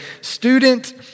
student